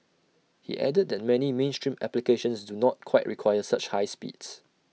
he added that many mainstream applications do not quite require such high speeds